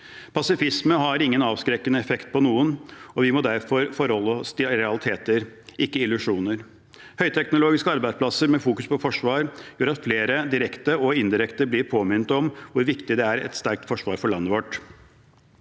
Pasifisme har ingen avskrekkende effekt på noen, og vi må derfor forholde oss til realiteter, ikke illusjoner. Høyteknologiske arbeidsplasser med fokus på forsvar gjør at flere direkte og indirekte blir påminnet om hvor viktig et sterkt forsvar er for landet vårt.